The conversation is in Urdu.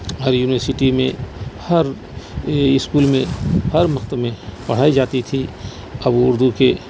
ہر یونیورسٹی میں ہر یہ اسکول میں ہر مکتب میں پرھائی جاتی تھی اب اردو کے